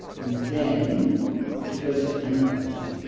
and then if you go to endnote